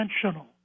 dimensional